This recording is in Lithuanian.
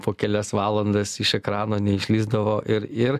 po kelias valandas iš ekrano neišslysdavo ir ir